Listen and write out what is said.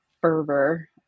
fervor